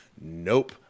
nope